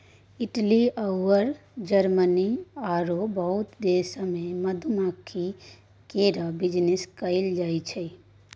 Italy अउर Germany आरो बहुते देश सब मे मधुमाछी केर बिजनेस कएल जाइ छै